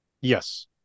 Yes